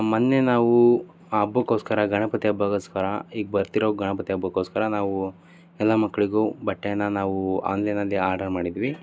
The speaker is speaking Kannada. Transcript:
ಮೊನ್ನೆ ನಾವು ಹಬ್ಬಕ್ಕೋಸ್ಕರ ಗಣಪತಿ ಹಬ್ಬಕ್ಕೋಸ್ಕರ ಈಗ ಬರ್ತಿರೋ ಗಣಪತಿ ಹಬ್ಬಕ್ಕೋಸ್ಕರ ನಾವು ಎಲ್ಲ ಮಕ್ಳಿಗು ಬಟ್ಟೆಯನ್ನು ನಾವು ಆನ್ಲೈನಲ್ಲಿ ಆರ್ಡರ್ ಮಾಡಿದ್ವಿ